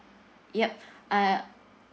yup uh